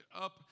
up